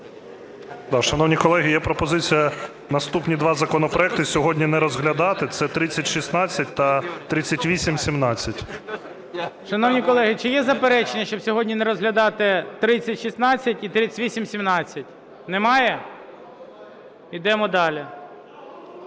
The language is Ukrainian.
Шановні колеги, є пропозиція наступні два законопроекти сьогодні не розглядати – це 3016 та 3817. ГОЛОВУЮЧИЙ. Шановні колеги, чи є заперечення, щоб сьогодні не розглядати 3016 і 3817? Немає? Ідемо далі.